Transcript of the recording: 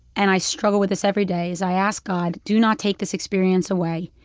and i struggle with this every day, is i ask god, do not take this experience away,